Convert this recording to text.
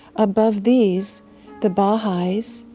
above these the baha'is,